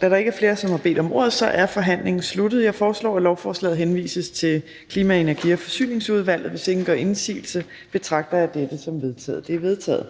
Da der ikke er flere, som har bedt om ordet, er forhandlingen sluttet. Jeg foreslår, at lovforslaget henvises til Klima-, Energi- og Forsyningsudvalget. Hvis ingen gør indsigelse, betragter jeg dette som vedtaget. Det er vedtaget.